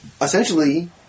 essentially